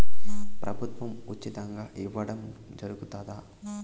ప్రభుత్వం ఉచితంగా ఇయ్యడం జరుగుతాదా?